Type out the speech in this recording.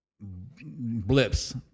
blips